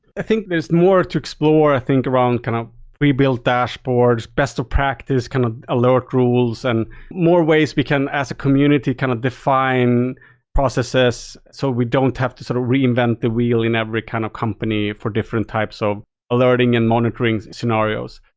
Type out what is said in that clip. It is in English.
i think there's more to explore i think around kind of prebuilt dashboards, best of practice kind of alert rules and more ways we as a community, kind of define processes so we don't have to sort of reinvent the wheel in every kind of company for different types of alerting and monitoring scenarios.